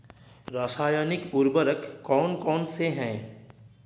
रासायनिक उर्वरक कौन कौनसे हैं?